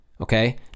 okay